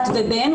בת ובן,